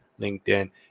LinkedIn